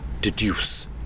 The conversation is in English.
Deduce